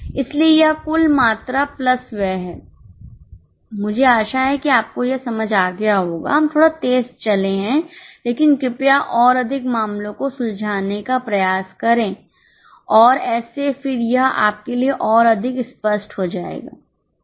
इसलिए यह कुल मात्रा प्लस व्यय है मुझे आशा है कि आपको यह समझ आ गया होगा हम थोड़ा तेज़ चले हैं लेकिन कृपया और अधिक मामलों को सुलझाने का प्रयास करें और ऐसे फिर यह आपके लिए और अधिक स्पष्ट हो जाएगा